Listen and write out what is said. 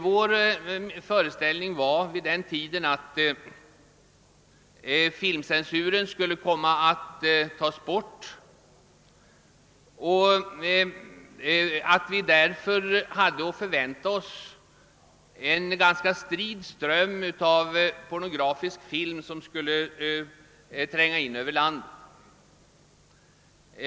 Vi trodde vid den tidpunkten att filmcensuren skulle tas bort och att vi därför hade att förvänta oss att en ganska strid ström av pornografisk film «skulle tränga in över landet.